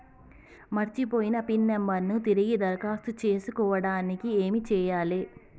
మర్చిపోయిన PIN number ను తిరిగి దరఖాస్తు చేసుకోవడానికి ఏమి చేయాలే?